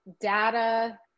data